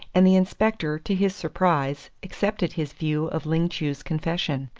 and the inspector, to his surprise, accepted his view of ling chu's confession.